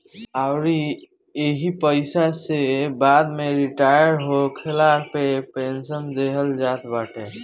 अउरी एही पईसा में से बाद में रिटायर होखला पे पेंशन देहल जात बाटे